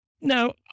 Now